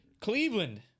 Cleveland